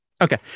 Okay